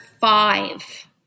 five